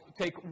take